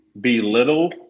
belittle